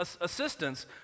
assistance